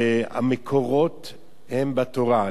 והמקורות הם בתורה,